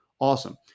Awesome